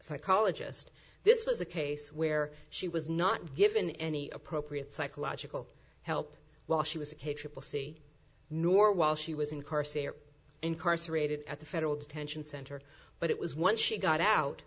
psychologist this was a case where she was not given any appropriate psychological help while she was sick a triple c nor while she was in car say or incarcerated at the federal detention center but it was once she got out